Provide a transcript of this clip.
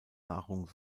nahrung